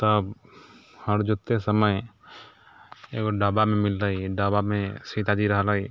तब हर जोततै समय एगो डब्बा मिललै डब्बामे सीताजी रहलै